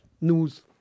news